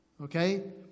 Okay